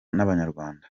n’abanyarwanda